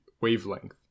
wavelength